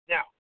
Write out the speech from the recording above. Now